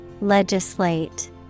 Legislate